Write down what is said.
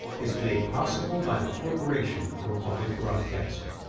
is made possible by the corporation for public broadcasting.